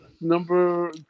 number